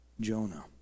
Jonah